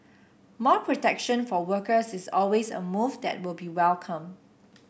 more protection for workers is always a move that will be welcomed